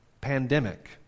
pandemic